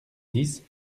dix